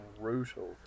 brutal